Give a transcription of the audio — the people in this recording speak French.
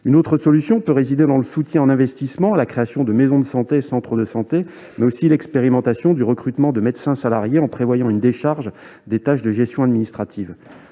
Une autre solution peut résider dans le soutien aux investissements nécessaires à la création de maisons de santé et de centres de santé, mais aussi dans l'expérimentation du recrutement de médecins salariés, en prévoyant une décharge des tâches de gestion administrative.